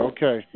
Okay